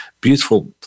beautiful